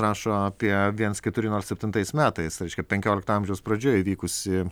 rašo apie viens keturi nol septintais metais reikšia penkiolikto amžiaus pradžioj įvykusį